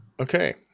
Okay